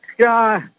sky